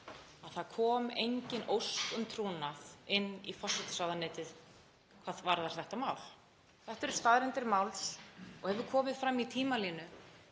að það kom engin ósk um trúnað inn í forsætisráðuneytið hvað varðar þetta mál. Þetta eru staðreyndir máls og hefur komið fram í tímalínu